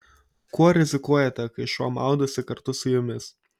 kuo rizikuojate kai šuo maudosi kartu su jumis